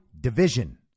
division